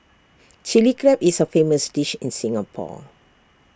Chilli Crab is A famous dish in Singapore